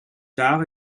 tard